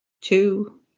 two